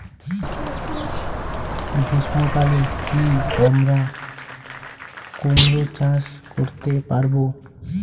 গ্রীষ্ম কালে কি আমরা কুমরো চাষ করতে পারবো?